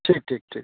ठीक ठीक ठीक